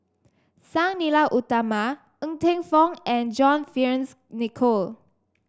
Sang Nila Utama Ng Teng Fong and John Fearns Nicoll